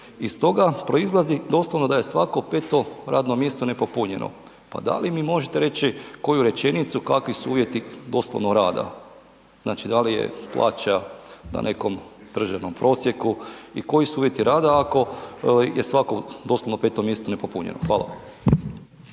Iz toga proizlazi doslovno da je svako peto radno mjesto nepopunjeno. Pa da li mi možete reći koju rečenicu kakvi su uvjeti doslovno rada? Znači da li je plaća na nekom državnom prosjeku i koji su uvjeti rada ako je svako doslovno peto mjesto nepopunjeno. Hvala.